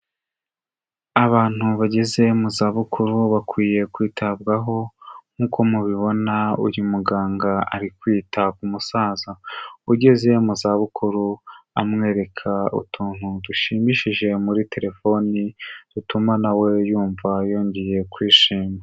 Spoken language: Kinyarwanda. Abantu bageze mu zabukuru bakwiye kwitabwaho, nkuko mubibona uyu muganga ari kwita ku musaza ugeze mu za bukuru, amwereka utuntu dushimishije muri telefoni dutuma nawe yumva yongeye kwishima.